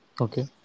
Okay